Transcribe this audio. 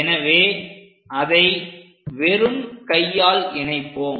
எனவே அதை வெறும் கையால் இணைப்போம்